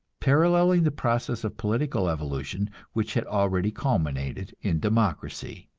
paralleling the process of political evolution which had already culminated in democracy.